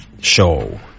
show